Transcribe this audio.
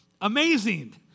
amazing